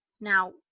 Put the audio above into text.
Now